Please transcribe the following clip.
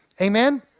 Amen